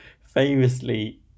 famously